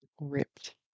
ripped